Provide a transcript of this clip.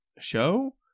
show